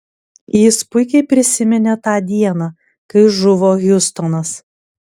jis puikiai prisiminė tą dieną kai žuvo hiustonas